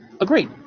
Agreed